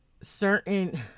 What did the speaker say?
certain